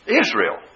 Israel